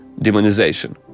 demonization